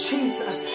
Jesus